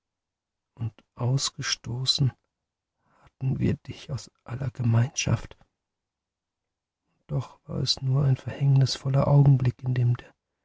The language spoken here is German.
und ausgestoßen hatten wir dich aus aller gemeinschaft und doch war es nur ein verhängnisvoller augenblick in dem